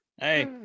Hey